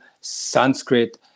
Sanskrit